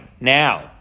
now